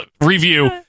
review